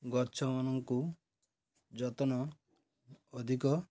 ଗଛମାନଙ୍କୁ ଯତ୍ନ ଅଧିକ